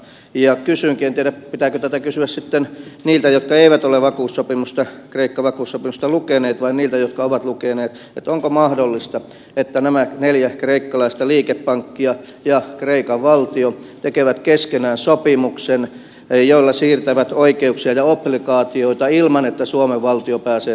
kysynkin en tiedä pitääkö tätä kysyä sitten niiltä jotka eivät ole kreikka vakuussopimusta lukeneet vai niiltä jotka ovat lukeneet onko mahdollista että nämä neljä kreikkalaista liikepankkia ja kreikan valtio tekevät keskenään sopimuksen jolla siirtävät oikeuksia ja obligaatioita ilman että suomen valtio pääsee tulemaan väliin